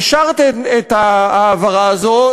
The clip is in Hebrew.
אישרתם את ההעברה הזאת.